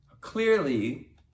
Clearly